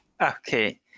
Okay